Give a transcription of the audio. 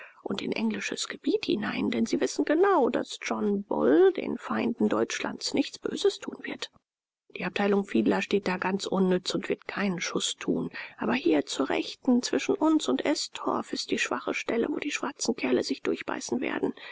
und in englisches gebiet hinein denn sie wissen genau daß john bull den feinden deutschlands nichts böses tun wird die abteilung fiedler steht da ganz unnütz und wird keinen schuß tun aber hier zur rechten zwischen uns und estorf ist die schwache stelle wo die schwarzen kerle sich durchbeißen werden